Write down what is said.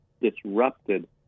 disrupted